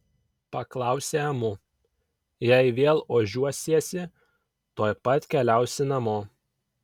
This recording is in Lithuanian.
paklausė amu jei vėl ožiuosiesi tuoj pat keliausi namo